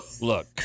look